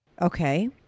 Okay